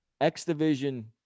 X-Division